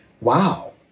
wow